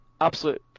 absolute